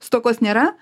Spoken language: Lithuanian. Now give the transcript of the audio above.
stokos nėra